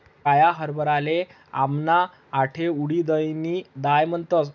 काया हरभराले आमना आठे उडीदनी दाय म्हणतस